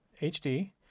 HD